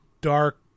dark